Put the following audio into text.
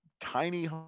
tiny